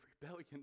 rebellion